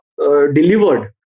delivered